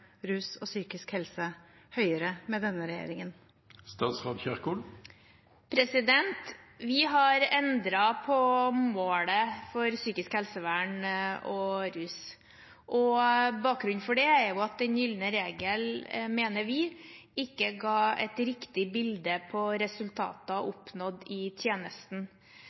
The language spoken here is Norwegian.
rus og psykisk helse høyere med denne regjeringen? Vi har endret på målet for psykisk helsevern og rus. Bakgrunnen for det er at den gylne regel, mener vi, ikke ga et riktig bilde på resultater oppnådd i tjenesten.